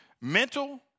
Mental